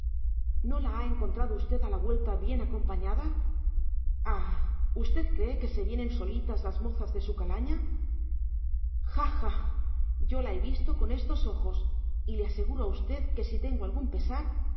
no la ha encontrado usted a la vuelta bien acompañada ah usted cree que se vienen solitas las mozas de su calaña ja ja yo la he visto con estos ojos y le aseguro a usted que si tengo algún pesar